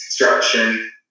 construction